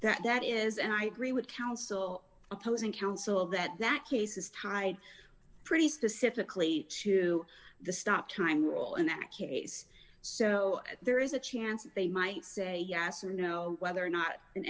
that that is and i agree with counsel opposing counsel that that case is tied pretty specifically to the stop time role in that case so there is a chance that they might say yes or no whether or not